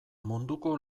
munduko